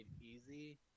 easy